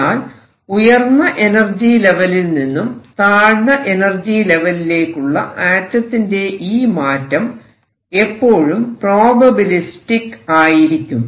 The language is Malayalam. എന്നാൽ ഉയർന്ന എനർജി ലെവലിൽ നിന്നും താഴ്ന്ന എനർജി ലെവലിലേക്കുള്ള ആറ്റത്തിന്റെ ഈ മാറ്റം എപ്പോഴും പ്രോബബിലിസ്റ്റിക് ആയിരിക്കും